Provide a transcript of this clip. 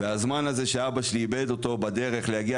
והזמן הזה שאבא שלי איבד אותו בדרך להגיע